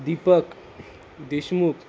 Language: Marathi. दीपक देशमुख